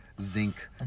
zinc